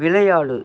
விளையாடு